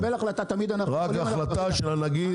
לקבל החלטה תמיד אנחנו יכולים --- רק החלטה של הנגיד.